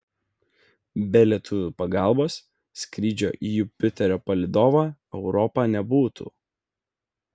be lietuvių pagalbos skrydžio į jupiterio palydovą europą nebūtų